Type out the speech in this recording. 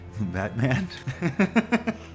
Batman